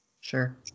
Sure